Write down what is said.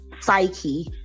psyche